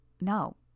No